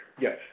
Yes